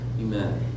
Amen